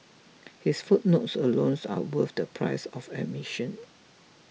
his footnotes are worth the price of admission